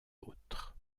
autres